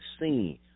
seen